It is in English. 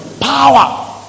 power